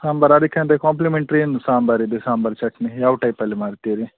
ಸಾಂಬಾರು ಅದಕ್ಕೆ ಅಂತ ಕಾಂಪ್ಲಿಮೆಂಟ್ರಿ ಏನು ಸಾಂಬಾರಿದೆ ಸಾಂಬಾರು ಚಟ್ನಿ ಯಾವ ಟೈಪಲ್ಲಿ ಮಾಡ್ತೀರಿ